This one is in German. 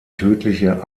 tödliche